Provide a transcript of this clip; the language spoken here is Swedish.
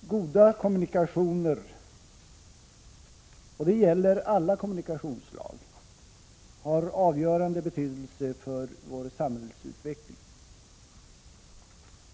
Goda kommunikationer, och det gäller alla kommunikationsslag, har avgörande betydelse för samhällsutvecklingen.